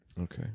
Okay